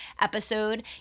episode